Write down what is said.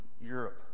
Europe